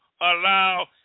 allow